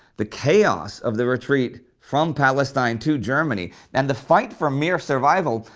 the chaos of the retreat from palestine to germany, and the fight for mere survival,